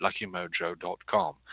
luckymojo.com